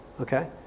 Okay